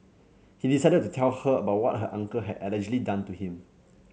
he decided to tell her about what her uncle had allegedly done to him